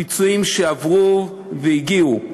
פיצויים שעברו והגיעו.